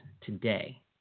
today